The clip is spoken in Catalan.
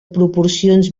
proporcions